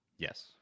Yes